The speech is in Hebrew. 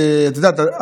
את יודעת,